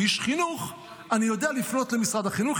איש חינוך אני יודע לפנות למשרד החינוך,